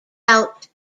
out